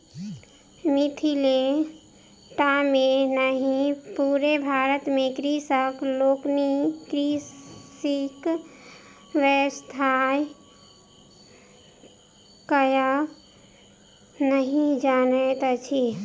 मिथिले टा मे नहि पूरे भारत मे कृषक लोकनि कृषिक व्यवसाय करय नहि जानैत छथि